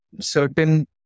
certain